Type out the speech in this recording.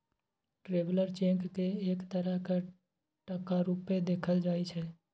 traveller cheque केँ एक तरहक टका रुपेँ देखल जाइ छै